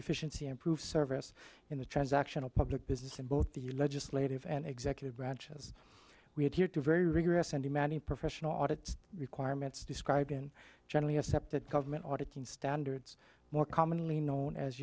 efficiency improve service in the transactional public business in both the legislative and executive branches we have here two very rigorous and demanding professional audit requirements described in generally accepted government auditing standards more commonly known as